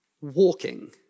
walking